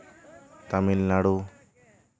Tamil Nadu